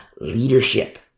leadership